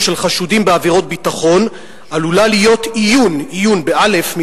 של חשודים בעבירות ביטחון עלולה להיות איון" איון באל"ף,